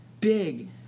big